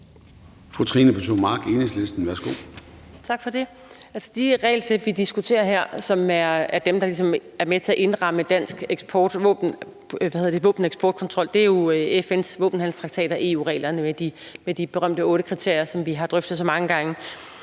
Trine Pertou Mach (EL): Tak for det. De regelsæt, vi diskuterer her, og som er dem, der ligesom er med til at indramme dansk våbeneksportkontrol, er jo FN's våbenhandelstraktater og EU-reglerne med de berømte otte kriterier, som vi har drøftet så mange gange.